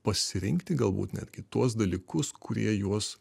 pasirinkti galbūt netgi tuos dalykus kurie juos